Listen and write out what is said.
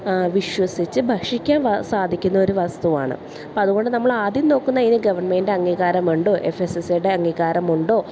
വിശ്വസിച്ച് ഭക്ഷിക്കാൻ സാധിക്കുന്ന ഒരു വസ്തുവാണ് അപ്പം അതുകൊണ്ട് നമ്മൾ ആദ്യം നോക്കുന്നത് അതിന് ഗവൺമെൻറ് അംഗീകാരമുണ്ടോ എഫ് എസ് എസ് എ ഐയുടെ അംഗീകാരമുണ്ടോ